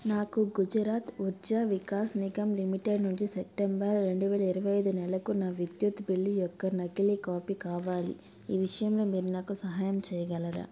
నాకు గుజరాత్ ఉర్జా వికాస్ నిగమ్ లిమిటెడ్ నుంచి సెప్టెంబర్ రెండు వేల ఇరవై ఐదు నెలకు నా విద్యుత్ బిల్లు యొక్క నకిలీ కాపీ కావాలి ఈ విషయంలో మీరు నాకు సహాయం చేయగలరా